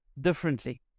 differently